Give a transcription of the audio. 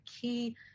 key